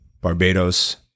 Barbados